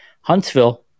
Huntsville